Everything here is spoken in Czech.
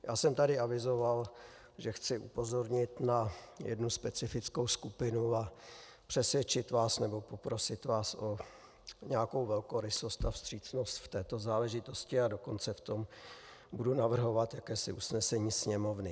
Já jsem tady avizoval, že chci upozornit na jednu specifickou skupinu a přesvědčit vás, nebo poprosit vás o nějakou velkorysost a vstřícnost v této záležitosti, a dokonce v tom budu navrhovat jakési usnesení Sněmovny.